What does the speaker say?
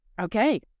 okay